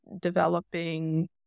developing